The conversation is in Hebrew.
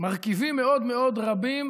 מרכיבים מאוד מאוד רבים